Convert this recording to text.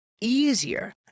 easier